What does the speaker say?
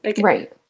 Right